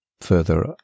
further